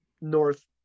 North